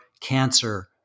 cancer